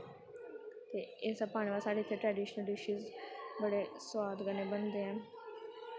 एह् सब पाने दे बाद साढ़े इत्थै ट्रडिशनल डिशिज बड़े सोआद कन्नै बनदे न